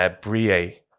Brie